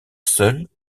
seuls